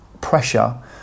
pressure